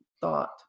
thought